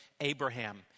Abraham